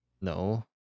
No